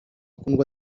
kundwa